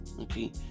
okay